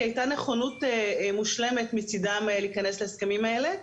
כי הייתה נכונות מושלמת מצידם להיכנס להסכמים האלה,